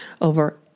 over